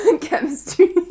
Chemistry